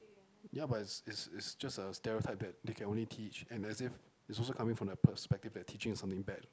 ya but is is is just a stereotype that they can only teach and as if is also coming from a perspective that teaching is something bad